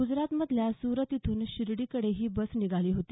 गुजरातमधल्या सूरत इथून शिर्डीकडे ही बस निघाली होती